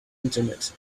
internet